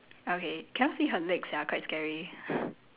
okay cannot see her legs sia quite scary